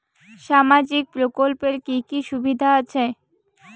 সামাজিক প্রকল্পের কি কি সুবিধা আছে?